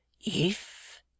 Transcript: If